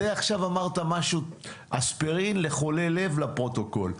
זה עכשיו אמרת משהו כמו אספירין לחולה לב לפרוטוקול.